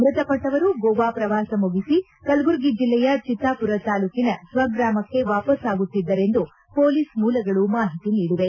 ಮೃತಪಟ್ಗವರು ಗೋವಾ ಪ್ರವಾಸ ಮುಗಿಸಿ ಕಲಬುರಗಿ ಜಿಲ್ಲೆಯ ಚಿತ್ತಾಪುರ ತಾಲೂಕಿನ ಸ್ವಗ್ರಾಮಕ್ಕೆ ವಾಪಸ್ಪಾಗುತ್ತಿದ್ದರೆಂದು ಪೊಲೀಸ್ ಮೂಲಗಳು ಮಾಹಿತಿ ನೀಡಿವೆ